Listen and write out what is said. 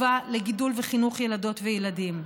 טובה, לגידול וחינוך ילדות וילדים.